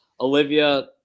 Olivia